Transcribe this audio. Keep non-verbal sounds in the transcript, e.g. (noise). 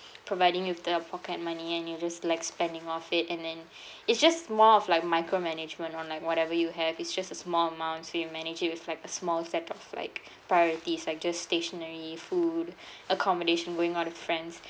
providing with the pocket money and you just like spending of it and then (breath) it's just more of like micro management on like whatever you have it's just a small amount so you manage it with like a small set of like priorities like just stationery food (breath) accommodation going out with friends